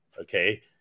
Okay